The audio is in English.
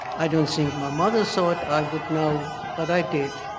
i don't think my mother thought i would know but i did.